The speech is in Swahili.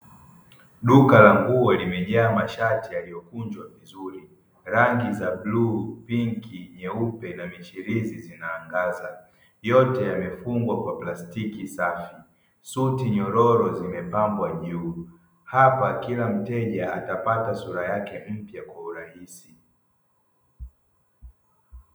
Duka la nguo limejaa mashati yaliyokunjwa vizuri. Rangi za bluu, pinki, nyeupe na michirizi zinaangaza. Yote yamefungwa kwa plastiki safi. Suti nyororo zimepambwa juu. Hapa kila mteja atapata sura yake mpya kwa urahisi.